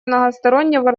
многостороннего